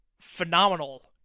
phenomenal